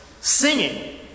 singing